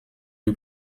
lui